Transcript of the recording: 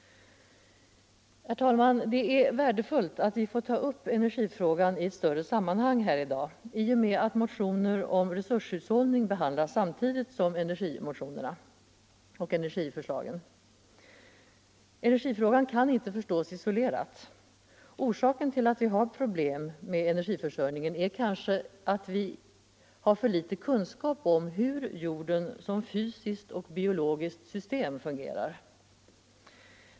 Herr talman! Det är värdefullt att vi får ta upp energifrågan i ett större Energihushållningsammanhang här i dag genom att motioner om resurshushållning be en, m.m. handlas samtidigt med energimotionerna och energiförslagen. Energifrågan kan inte förstås isolerad. Orsaken till att vi har problem med energiförsörjningen är kanske att vi har för litet kunskap om hur jorden som fysiskt och biologiskt system fungerar.